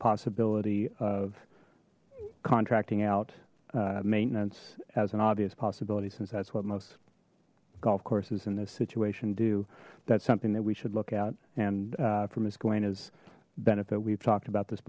possibility of contracting out maintenance as an obvious possibility since that's what most golf courses in this situation do that's something that we should look at and for miss gawain is benefit we've talked about this